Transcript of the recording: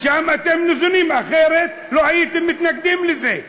משם אתם ניזונים, אחרת לא הייתם מתנגדים לזה.